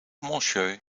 monsieur